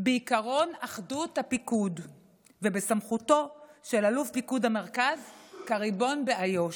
בעקרון אחדות הפיקוד ובסמכותו של אלוף פיקוד המרכז כריבון באיו"ש.